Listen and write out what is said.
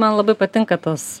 man labai patinka tas